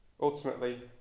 ultimately